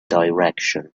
direction